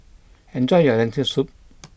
enjoy your Lentil Soup